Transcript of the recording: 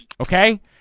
Okay